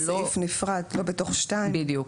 בסעיף נפרד, לא בתוך 2. בדיוק.